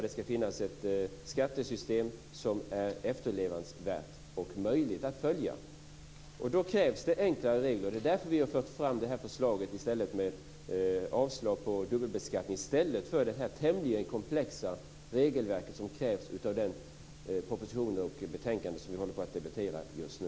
Det ska finnas ett skattesystem som är efterlevansvärt och möjligt att följa, och då krävs det enklare regler. Det är därför vi har fört fram förslaget om avslag på dubbelbeskattning i stället för det tämligen komplexa regelverk som följer av den proposition och det betänkande som vi debatterar just nu.